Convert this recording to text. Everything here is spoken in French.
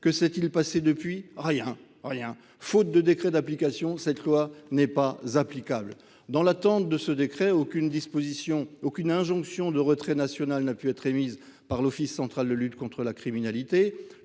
que s'est-il passé depuis rien rien faute de décret d'application. Cette loi n'est pas applicable dans l'attente de ce décret aucune disposition aucune injonction de retrait national n'a pu être émise par l'Office central de lutte contre la criminalité